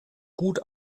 gut